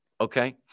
okay